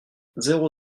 zéro